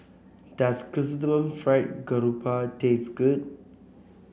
does Chrysanthemum Fried Garoupa taste good